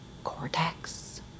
Cortex